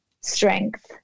strength